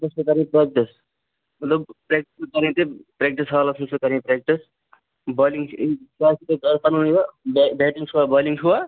گۅڈٕنیٚتھ چھَو کرٕنۍ پریکٹٕس مطلب پرٛیکٹٕس رِلیٹِڈ پرٛیکٹٕس حالس منٛز چھَو کرٕنۍ پرٛیکٹٕس بالِنٛگ چھِ کرٕنۍ یہِ بیٚٹِنٛگ چھُوا بالِنٛگ چھُوا